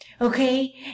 Okay